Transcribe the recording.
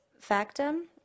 factum